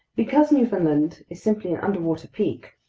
because newfoundland is simply an underwater peak,